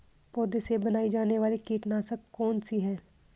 पौधों से बनाई जाने वाली कीटनाशक कौन सी है?